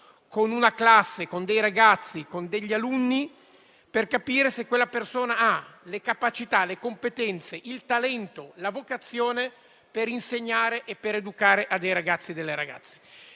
con una classe, con dei ragazzi, con degli alunni, di capire se ha le capacità, le competenze, il talento, la vocazione per insegnare e per educare dei ragazzi e delle ragazze.